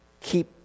keep